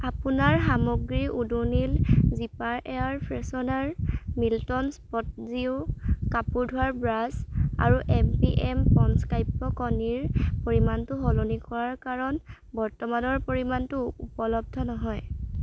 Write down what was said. আপোনাৰ সামগ্ৰী Odonil zipper air freshener Milton spot zero কাপোৰ ধোৱাৰ ব্ৰাছ আৰু এম পি এম পঞ্চকাব্য কণীৰ পৰিমাণটো সলনি কৰা কাৰণ বৰ্তমানৰ পৰিমাণটো উপলব্ধ নহয়